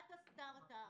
אומת הסטארט אפ,